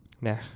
Nah